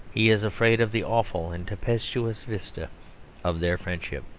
he is afraid of the awful and tempestuous vista of their friendship.